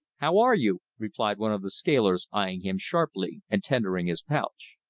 how are you, replied one of the scalers, eying him sharply, and tendering his pouch.